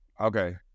Okay